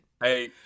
Hey